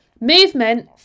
Movement